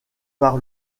par